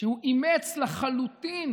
שהוא אימץ לחלוטין